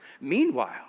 Meanwhile